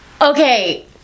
okay